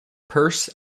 purse